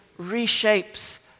reshapes